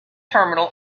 terminal